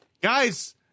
Guys